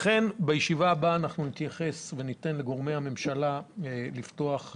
בישיבה הבאה ניתן לגורמי הממשלה לפתוח,